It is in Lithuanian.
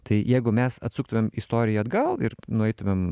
tai jeigu mes atsuktumėm istoriją atgal ir nueitumėm